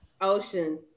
Ocean